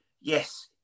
yes